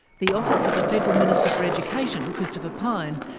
the office of the federal minister for education, christopher pyne,